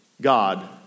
God